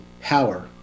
Power